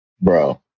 Bro